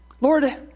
Lord